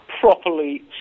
properly